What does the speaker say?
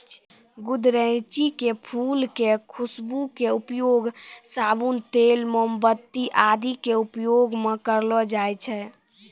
गुदरैंची के फूल के खुशबू के उपयोग साबुन, तेल, मोमबत्ती आदि के उपयोग मं करलो जाय छै